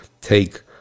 take